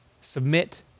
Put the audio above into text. Submit